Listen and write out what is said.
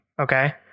okay